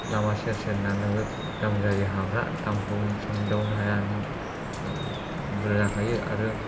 लामा सेर सेरना नोगोद दाम जायो हाफ्रा दामखौनो सोंदावनो हाया नों बुरजा जाखायो आरो